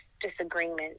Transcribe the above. disagreement